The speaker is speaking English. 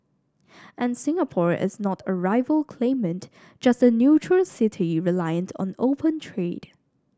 and Singapore is not a rival claimant just a neutral city reliant on open trade